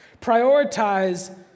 Prioritize